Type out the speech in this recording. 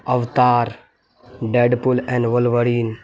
avatar dead pool and wolverine